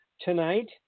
tonight